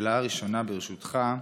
השאלה הראשונה, ברשותך: